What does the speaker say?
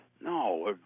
no